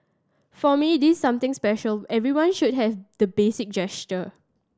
for me this something special everyone should have the basic gesture